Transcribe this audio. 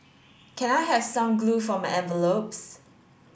can I have some glue for my envelopes